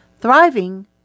Thriving